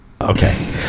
Okay